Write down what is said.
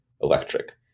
electric